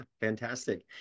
fantastic